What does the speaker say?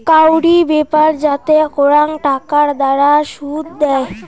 কাউরি ব্যাপার যাতে করাং টাকার দ্বারা শুধ দেয়